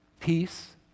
Peace